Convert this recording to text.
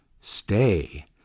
Stay